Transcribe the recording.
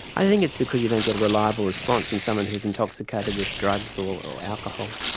i think it's because you don't get a reliable response in someone who's intoxicated with drugs or alcohol.